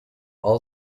all